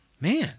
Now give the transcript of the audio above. man